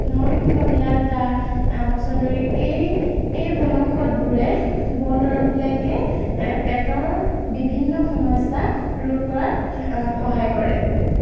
নৰসিংহ ভেদাইলতা মচন্দৰী এই এই বনৌষধবোৰে বনদৰৱবিলাকে পেটৰ বিভিন্ন সমস্যাক ৰোধ কৰাত সহায় কৰে